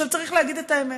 עכשיו, צריך להגיד את האמת: